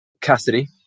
Cassidy